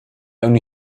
only